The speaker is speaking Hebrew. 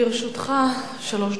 לרשותך שלוש דקות.